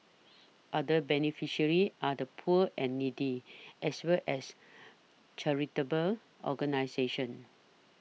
other beneficiaries are the poor and needy as well as charitable organisations